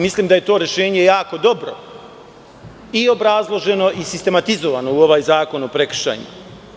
Mislim da je to rešenje jako dobro i obrazloženo i sistematizovano u ovaj zakon o prekršajima.